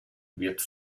wird